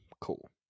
Cool